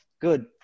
Good